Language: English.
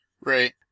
Right